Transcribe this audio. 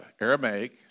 Aramaic